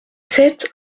sept